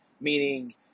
meaning